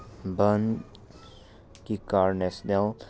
ꯕ꯭ꯔꯟꯒꯤ car national